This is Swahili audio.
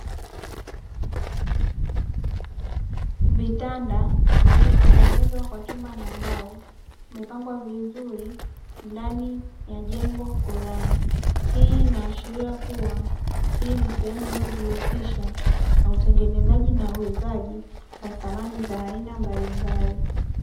Vitanda vilivyotengenezwa kwa chuma na mbao vimepangwa vizuri ndani ya jengo fulani. Hii inaashiria kuwa hii ni sehemu inayojihusisha na utengenezaji na uuzaji wa samani za aina mbalimbali.